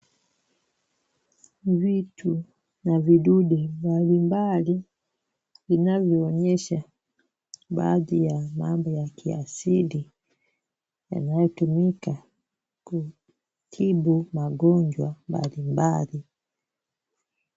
Vitu na vidude mbali mbali zinavyoonyesha baadhi ya mambo ya kiasili yanayotumika kutibu magonjwa mbali mbali.